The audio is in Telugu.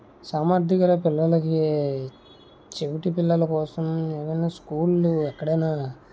సామర్థ్యం గల పిల్లలకి చెవిటి పిల్లల కోసం ఏదైనా స్కూళ్లు ఎక్కడయినా